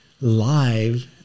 live